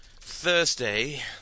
Thursday